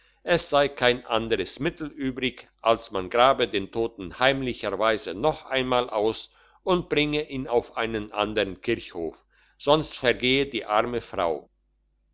es sei kein anderes mittel übrig als man grabe den toten heimlicherweise noch einmal aus und bringe ihn auf einen andern kirchhof sonst vergehe noch die arme frau